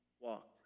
walked